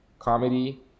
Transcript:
Comedy